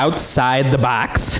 outside the box